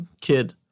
kid